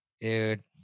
dude